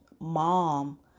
mom